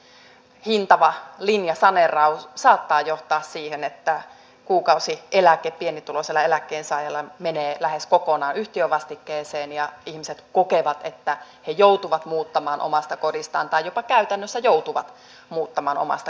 taloyhtiöille hyvin hintava linjasaneeraus saattaa johtaa siihen että kuukausieläke pienituloisella eläkkeensaajalla menee lähes kokonaan yhtiövastikkeeseen ja ihmiset kokevat että he joutuvat muuttamaan omasta kodistaan tai käytännössä jopa joutuvat muuttamaan omasta kodistaan